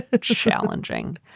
challenging